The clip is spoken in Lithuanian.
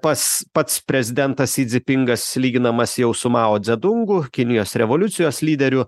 pas pats prezidentas si dzipingas lyginamas jau su mao dzedungu kinijos revoliucijos lyderiu